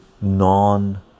non